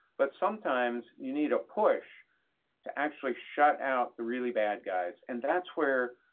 but sometimes you need a push to actually shut out the really bad guys, and that's where,